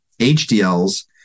HDLs